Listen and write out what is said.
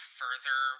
further